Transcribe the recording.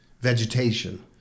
vegetation